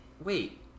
Wait